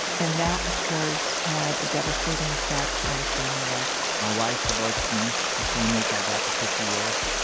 and that, of course, had a devastating effect on his family life my wife divorced me the same week i got the fifty years.